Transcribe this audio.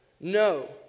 No